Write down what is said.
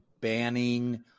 banning